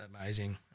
amazing